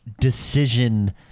decision